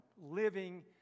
living